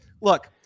look